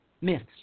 myths